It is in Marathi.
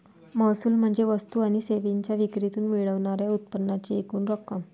महसूल म्हणजे वस्तू आणि सेवांच्या विक्रीतून मिळणार्या उत्पन्नाची एकूण रक्कम